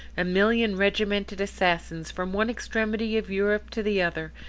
a million regimented assassins, from one extremity of europe to the other,